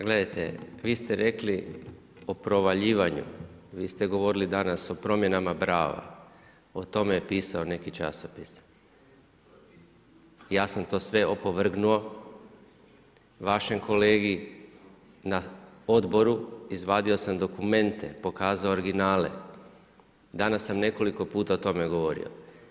Gledajte, vi ste rekli o provaljivanju, vi ste govorili danas o promjenama brava o tome je pisao neki časopis, ja sam to sve opovrgnuo vašem kolegi na odboru, izvadio sam dokumente, pokazao originale, danas sam nekoliko puta o tome govorio.